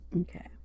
okay